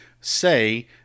say